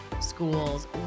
schools